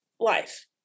life